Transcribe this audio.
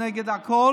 זה נגד הכול,